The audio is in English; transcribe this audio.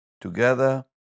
together